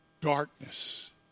Darkness